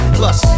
plus